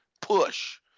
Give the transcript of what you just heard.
push